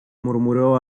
murmuró